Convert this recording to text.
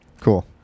Cool